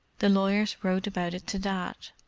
the lawyers wrote about it to dad.